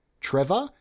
Trevor